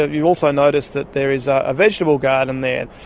ah you'll also notice that there is ah a vegetable garden there.